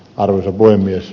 arvoisa puhemies